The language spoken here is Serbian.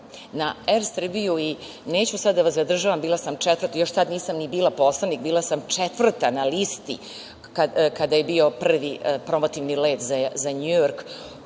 na „Er Srbiju“ i neću sada da vas zadržavam, još tada nisam ni bila poslanik, bila sam četvrta na listi kada je bio prvi promotivni let za Njujork,